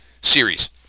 series